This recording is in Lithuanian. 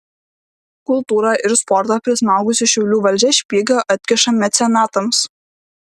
kultūrą ir sportą prismaugusi šiaulių valdžia špygą atkiša mecenatams